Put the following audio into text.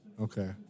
Okay